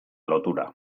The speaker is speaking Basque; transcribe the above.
lotura